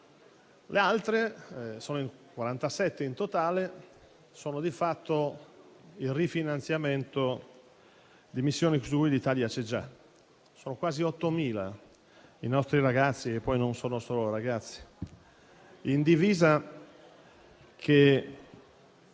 le altre - sono in 47 in totale - prevedono di fatto il rifinanziamento di missioni in cui l'Italia c'è già. Sono quasi 8.000 i nostri ragazzi - che poi non sono solo ragazzi - in divisa che